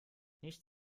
nicht